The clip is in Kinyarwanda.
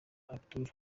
abdul